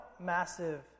massive